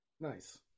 Nice